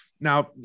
Now